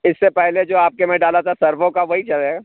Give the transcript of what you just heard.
اِس سے پہلے جو آپ كے میں ڈالا تھا سروو کا وہی ہے